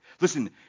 Listen